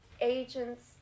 agents